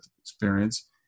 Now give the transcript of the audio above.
experience